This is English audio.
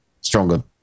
stronger